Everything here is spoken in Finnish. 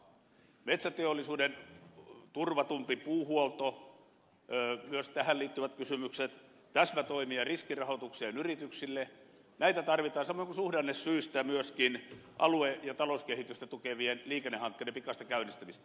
metsäteollisuuden turvatumpaa puuhuoltoa myös tähän liittyviä kysymyksiä täsmätoimia riskirahoitukseen yrityksille tarvitaan samoin kuin suhdannesyistä myöskin alue ja talouskehitystä tukevien liikennehankkeiden pikaista käynnistämistä